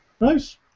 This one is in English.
Nice